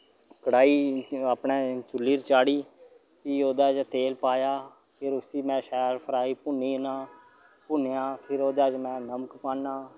कढ़ाई अपने चुल्ली'र चाढ़ी फ्ही ओह्दे च तेल पाया फेर उसी में शैल फ्राई भुन्नी न भुन्नियै फिर ओह्दे च में नमक पाना